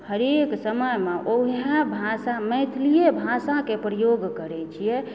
हरेक समयमे ओहे भाषा मैथिलिए भाषाकेँ प्रयोग करै छियै